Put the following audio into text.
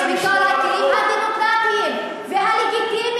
אני אשתמש בכל הכלים הדמוקרטיים והלגיטימיים,